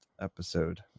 episode